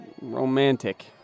romantic